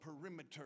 perimeter